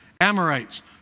Amorites